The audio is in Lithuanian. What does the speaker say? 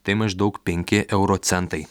tai maždaug penki euro centai